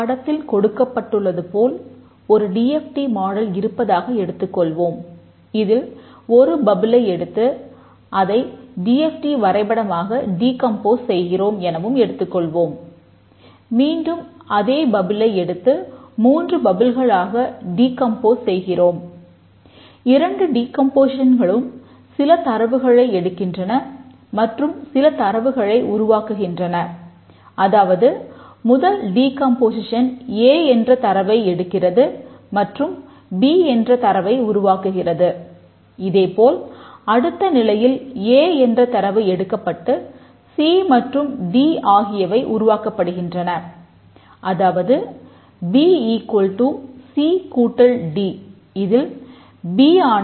படத்தில் கொடுக்கப்பட்டுள்ளது போல் ஒரு டி எஃப் டி மாடல் ஆகிய இரண்டையும் உள்ளடக்கியது